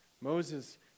Moses